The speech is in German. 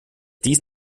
dies